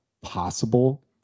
possible